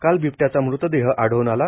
काल बिबट्याचा मृतदेह आढळून आला